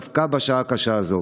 דווקא בשעה הקשה הזאת.